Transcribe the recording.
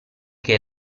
che